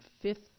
fifth